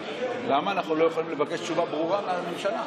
למה אנחנו לא יכולים לבקש תשובה ברורה מהממשלה?